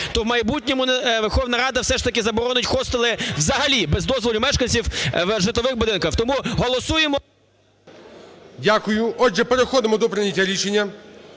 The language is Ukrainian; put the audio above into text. то в майбутньому Верховна Рада все ж таки заборонить хостели взагалі без дозволів мешканців в житлових будинках. Тому голосуємо… ГОЛОВУЮЧИЙ. Дякую. Отже, переходимо до прийняття рішення.